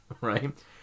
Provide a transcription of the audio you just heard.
Right